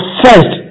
first